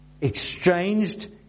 Exchanged